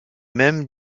mêmes